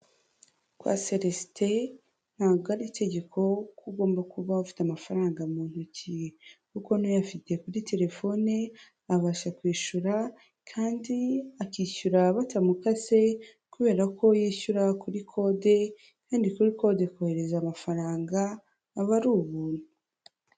Kwa Celestin ntabwo ari itegeko ko ugomba kuba ufite amafaranga mu ntoki kuko n'uyafite kuri telefone abasha kwishyura kandi akishyura batamukase kubera ko yishyura kuri kode kandi kuri kode kohereza amafaranga aba ari ubuntu.